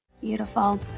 Beautiful